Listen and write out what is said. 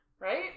Right